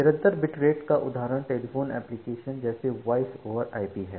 निरंतर bit rate का उदाहरण टेलीफोन एप्लिकेशन जैसे वॉइस ओवर आईपी है